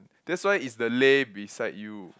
that's why is the lay beside you